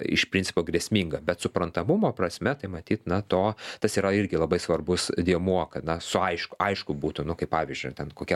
iš principo grėsminga bet suprantamumo prasme tai matyt na to tas yra irgi labai svarbus dėmuo kad na su aišku aišku būtų nu kaip pavyzdžiui ten kokia